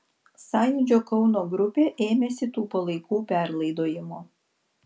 sąjūdžio kauno grupė ėmėsi tų palaikų perlaidojimo